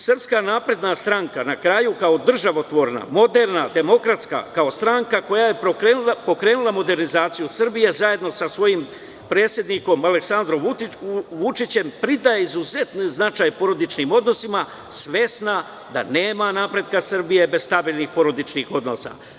Srpska napredna stranka, kao državotvorna, moderna, demokratska, kao stranka koja je pokrenula modernizaciju Srbije, zajedno sa svojim predsednikom Aleksandrom Vučićem, pridaje izuzetan značaj porodičnim odnosima, svesna da nema napretka Srbije bez stabilnih porodičnih odnosa.